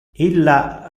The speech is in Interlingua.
illa